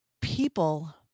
people